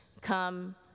come